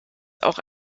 auch